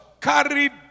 carried